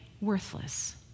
worthless